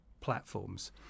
platforms